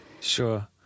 sure